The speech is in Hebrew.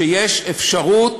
שיש אפשרות,